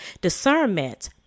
discernment